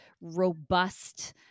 robust